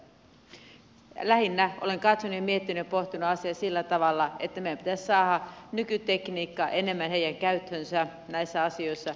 lähinnä olen katsonut ja miettinyt ja pohtinut asiaa sillä tavalla että meidän pitäisi saada nykytekniikka enemmän heidän käyttöönsä näissä asioissa